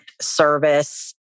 service